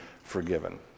forgiven